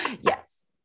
Yes